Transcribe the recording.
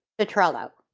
the trello.